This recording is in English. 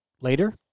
later